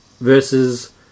Versus